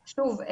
שוב,